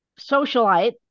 socialite